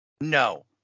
No